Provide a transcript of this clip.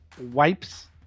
Wipes